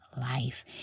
life